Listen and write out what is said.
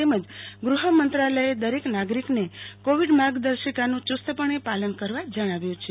તેમજ ગૃહમંત્રાલયે દરે કનાગરિકને કોવિડ માર્ગદર્શિકાનું ચુસ્તપણે પાલન કરવા જણાવ્યું છે